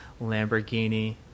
Lamborghini